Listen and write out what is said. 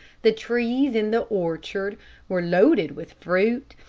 the trees in the orchard were loaded with fruit,